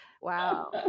Wow